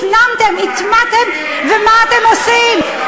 הפנמתם, הטמעתם, ומה אתם עושים?